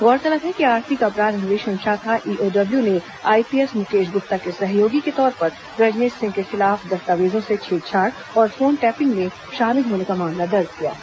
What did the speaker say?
गौरतलब है कि आर्थिक अपराध अन्वेषण शाखा ईओडब्ल्यू ने आईपीएस मुकेश गुप्ता के सहयोगी के तौर पर रजनेश सिंह के खिलाफ दस्तावेजों से छेड़छाड़ और फोन टैपिंग में शामिल होने का मामला दर्ज किया है